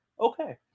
okay